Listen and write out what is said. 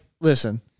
listen